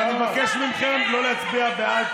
אבל אני מבקש מכם להצביע בעד,